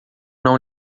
não